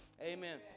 Amen